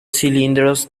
cilindros